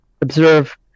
observe